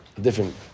different